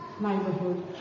neighborhood